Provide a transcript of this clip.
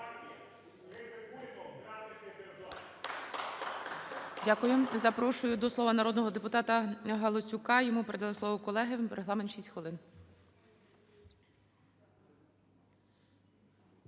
Дякую. Запрошую до слова народного депутата Галасюка. Йому передали слово колеги, регламент – 6 хвилин.